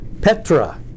Petra